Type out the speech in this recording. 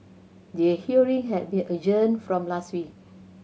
the hearing had been adjourned from last week